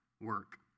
work